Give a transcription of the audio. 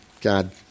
God